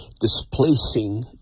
displacing